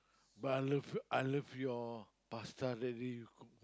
but I love you I love you all pasta that day